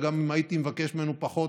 וגם אם הייתי מבקש ממנו פחות,